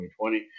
2020